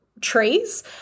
trees